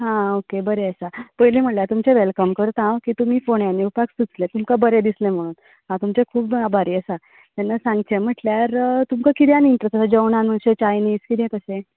हां ओके बरें आसा पयलीं म्हणल्या तुमचें वेलकम करता की तुमी फोण्यान येवपाक सुचलें तुमकां बरें दिसलें म्हणून हांव तुमचें खूब आबारी आसा तेन्ना सांगचें म्हणल्यार तुमकां किद्यान इंटरेस्ट आसा जेवणान अशें चायनीस कशें किदें